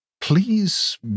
please